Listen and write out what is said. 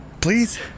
Please